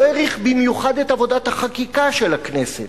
לא העריך במיוחד את עבודת החקיקה של הכנסת,